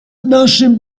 naszym